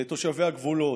לתושבי הגבולות,